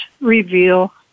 reveal